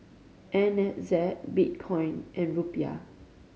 N Z Bitcoin and Rupiah